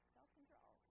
Self-control